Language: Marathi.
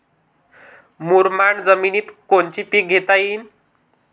मुरमाड जमिनीत कोनचे पीकं घेता येईन?